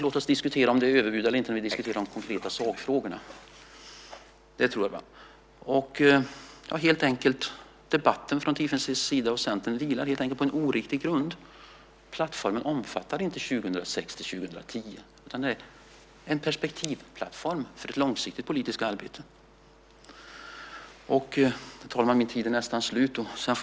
Låt oss diskutera om det är överbud eller inte när vi diskuterar de konkreta sakfrågorna. Det tror jag är bra. Debatten från Tiefensees och Centerns sida vilar helt enkelt på en oriktig grund. Plattformen omfattar inte perioden 2006-2010. Den är en perspektivplattform för ett långsiktigt politiskt arbete. Herr talman! Min tid är nästan slut.